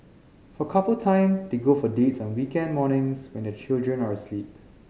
for couple time they go for dates on weekend mornings when their children are asleep